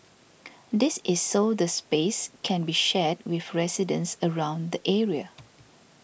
this is so the space can be shared with residents around the area